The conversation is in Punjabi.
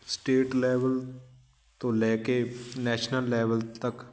ਸਟੇਟ ਲੈਵਲ ਤੋਂ ਲੈ ਕੇ ਨੈਸ਼ਨਲ ਲੈਵਲ ਤੱਕ